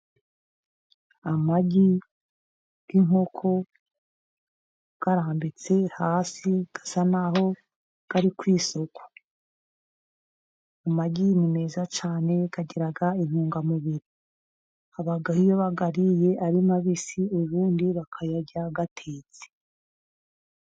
Amagi y'inkoko arambitse hasi asa naho ari ku isoko. Amagi ni meza cyane agira intungamubiri. Haba iyo bayariye ari mabisi ubundi bakayarya atetse.